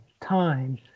time